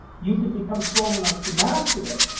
you can become strong enough to master it,